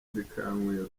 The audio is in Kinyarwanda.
zikayanywera